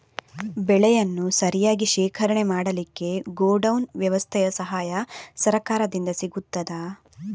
ಬೆಳೆಯನ್ನು ಸರಿಯಾಗಿ ಶೇಖರಣೆ ಮಾಡಲಿಕ್ಕೆ ಗೋಡೌನ್ ವ್ಯವಸ್ಥೆಯ ಸಹಾಯ ಸರಕಾರದಿಂದ ಸಿಗುತ್ತದಾ?